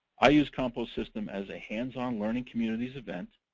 i use compost system as a hands-on learning communities event,